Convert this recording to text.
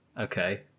Okay